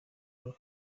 paul